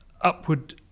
upward